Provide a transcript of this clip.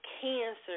cancer